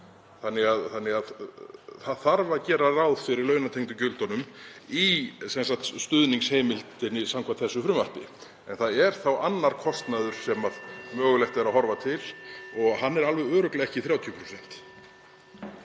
Það þarf að gera ráð fyrir launatengdu gjöldunum í stuðningsheimildinni samkvæmt þessu frumvarpi. Það er þá annar kostnaður (Forseti hringir.) sem mögulegt er að horfa til og hann er alveg örugglega ekki 30%.